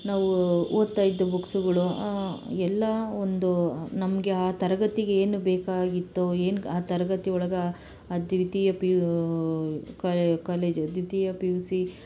ನಾವು ಓದ್ತಾ ಇದ್ದ ಬುಕ್ಸುಗಳು ಎಲ್ಲ ಒಂದು ನಮಗೆ ಆ ತರಗತಿಗೆ ಏನು ಬೇಕಾಗಿತ್ತು ಏನು ಆ ತರಗತಿ ಒಳಗೆ ಆ ದ್ವಿತೀಯ ಪಿ ಯು ಕಾಲೆ ಕಾಲೇಜು ದ್ವಿತೀಯ ಪಿ ಯು ಸಿ